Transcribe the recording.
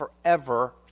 forever